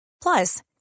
Plus